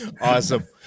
Awesome